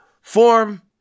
form